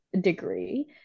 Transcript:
degree